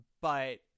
But-